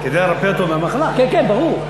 כדי לרפא אותו מהמחלה, כן, כן, ברור.